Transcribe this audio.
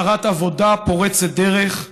שרת עבודה פורצת דרך,